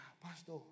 Pastor